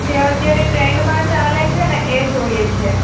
જે અત્યારે ટ્રેન્ડમાં ચાલે છે ને એ જોઈએ છે